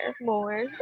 more